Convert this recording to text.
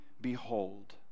behold